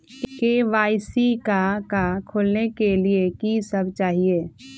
KYC का का खोलने के लिए कि सब चाहिए?